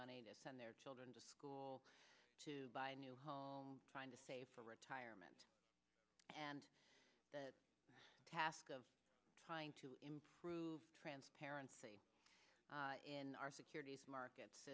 money to send their children to school to buy a new home trying to save for retirement and the task of trying to improve transparency in our securit